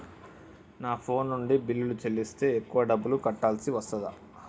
నా ఫోన్ నుండి బిల్లులు చెల్లిస్తే ఎక్కువ డబ్బులు కట్టాల్సి వస్తదా?